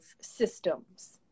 systems